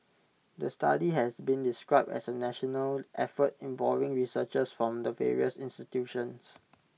the study has been described as A national effort involving researchers from the various institutions